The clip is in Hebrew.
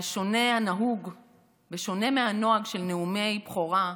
בשונה מהנוהג של נאומי בכורה,